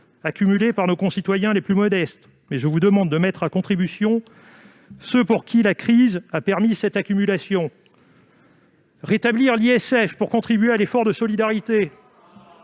accumulée par nos concitoyens les plus modestes, mais je vous demande de mettre à contribution ceux pour qui la crise a permis cette accumulation. Rétablir l'ISF pour contribuer à l'effort de solidarité